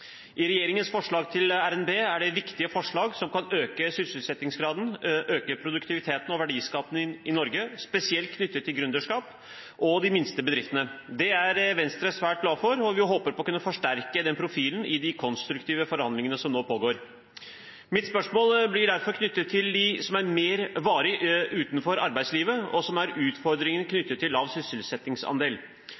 I regjeringens forslag til revidert nasjonalbudsjett er det viktige forslag som kan øke sysselsettingsgraden, øke produktiviteten og verdiskapingen i Norge, spesielt knyttet til gründerskap og de minste bedriftene. Det er Venstre svært glad for, og vi håper å kunne forsterke den profilen i de konstruktive forhandlingene som nå pågår. Mitt spørsmål gjelder derfor dem som er mer varig utenfor arbeidslivet, og utfordringene knyttet til lav sysselsettingsandel. Hvordan kan vi i årene som